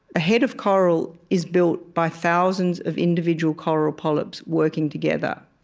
a head of coral is built by thousands of individual coral polyps working together.